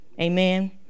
Amen